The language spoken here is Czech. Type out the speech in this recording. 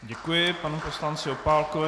Děkuji panu poslanci Opálkovi.